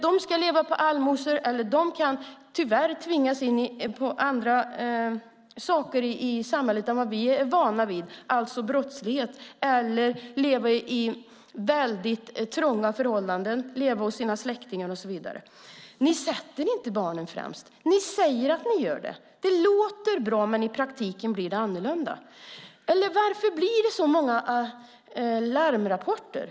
De ska leva på allmosor, och de kan tvingas in på andra saker i samhället än som vi är vana vid, alltså brottslighet, eller leva under trånga förhållanden, leva hos sina släktingar och så vidare. Ni sätter inte barnen främst. Ni säger att ni gör det. Det låter bra, men i praktiken blir det annorlunda. Varför kommer det så många larmrapporter?